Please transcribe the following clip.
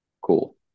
cool